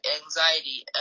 anxiety